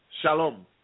Shalom